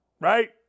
Right